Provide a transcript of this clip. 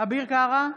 אביר קארה,